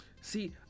See